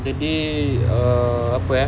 the day uh apa eh